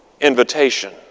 invitation